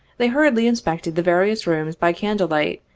they hurriedly inspected the various rooms by candle-light,